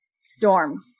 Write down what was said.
storm